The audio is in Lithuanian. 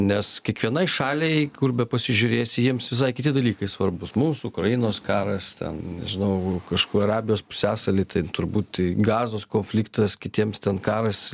nes kiekvienai šaliai kur bepasižiūrėsi jiems visai kiti dalykai svarbus mūsų ukrainos karas ten žinau kažkur arabijos pusiasaly tai turbūt gazos konfliktas kitiems ten karas